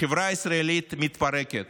החברה הישראלית מתפרקת.